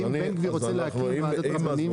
אם בן גביר רוצה להקים קומת רבנים.